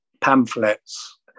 pamphlets